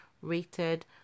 rated